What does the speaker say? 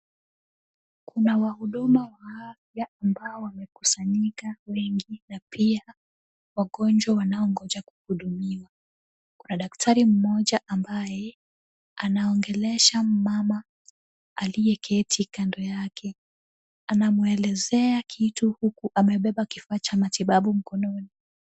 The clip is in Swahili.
Kuna wahuduma wa afya ambao wamekusanyika wengi na pia wagonjwa wanaongoja kuhudumiwa. Kuna daktari mmoja ambaye anaongelesha mmama aliyeketi kando yake. Anamuelezea kitu huku amebeba kifaa cha matibabu mkononi.